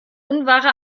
unwahre